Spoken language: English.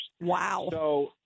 Wow